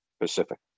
Pacific